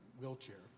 Wheelchair